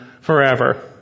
forever